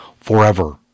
forever